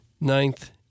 ninth